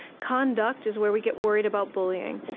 conduct is where we get worried about bullying.